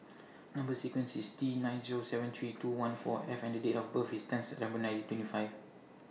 Number sequence IS T nine Zero seven three two one four F and Date of birth IS ten September nineteen twenty five